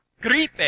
gripe